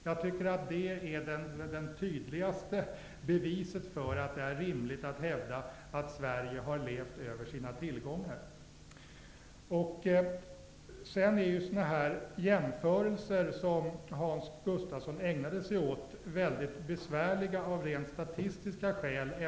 Jag tycker att det är det tydligaste beviset för att det är rimligt att hävda att Sverige har levt över sina tillgångar. Sådana jämförelser som Hans Gustafsson ägnade sig åt är mycket besvärliga av rent statistiska skäl.